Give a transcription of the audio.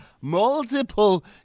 multiple